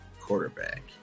quarterback